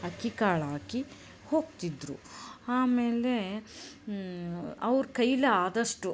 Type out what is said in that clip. ಅಕ್ಕಿ ಕಾಳಾಕಿ ಹೋಗ್ತಿದ್ದರು ಆಮೇಲೆ ಅವ್ರ ಕೈಯಲ್ ಆದಷ್ಟು